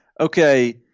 okay